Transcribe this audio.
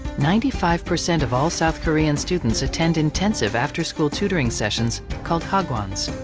ninety-five percent of all south korean students attend intensive after-school tutoring sessions called hagwons.